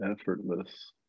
effortless